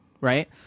right